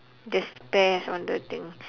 there's pears on the thing